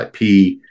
IP